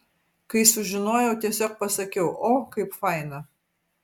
kai sužinojau tiesiog pasakiau o kaip faina